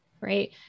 right